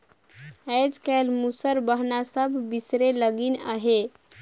आएज काएल मूसर बहना सब बिसरे लगिन अहे